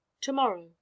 to-morrow